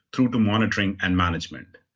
through to monitoring and management.